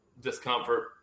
discomfort